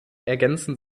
ergänzen